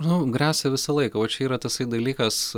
nu gresia visą laiką va čia yra tasai dalykas